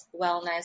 wellness